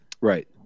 Right